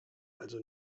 also